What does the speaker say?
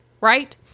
right